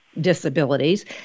disabilities